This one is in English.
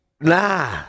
Nah